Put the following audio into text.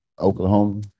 Oklahoma